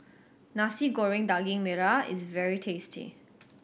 Nasi Goreng Daging Merah is very tasty